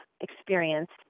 experience